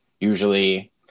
Usually